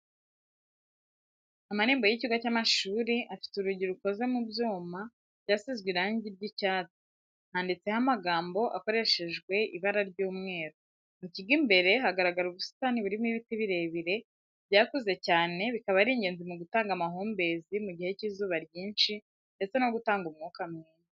Amarembo y'ikigo cy'amashuri afite urugi rukoze mu byuma byasizwe irangi ry'icyatsi, handitseho amagambo akoreshejwe ibara ry'umweru, mu kigo imbere hagaragara ubusitani burimo n'ibiti birebire byakuze cyane bikaba ari ingenzi mu gutanga amahumbezi mu gihe cy'izuba ryinshi, ndetse no gutanga umwuka mwiza.